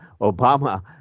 Obama